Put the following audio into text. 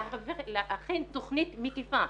להכין תכנית מקיפה,